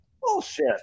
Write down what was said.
Bullshit